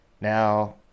Now